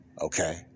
Okay